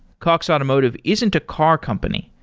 cox automotive isn't a car company.